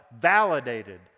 validated